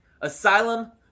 Asylum